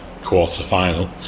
quarterfinal